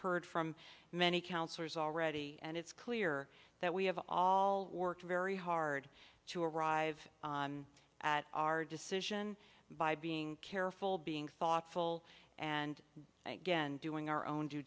heard from many councillors already and it's clear that we have all worked very hard to arrive at our decision by being careful being thoughtful and again doing our own due